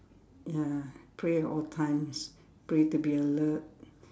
ya pray at all times pray to be alert